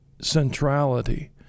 centrality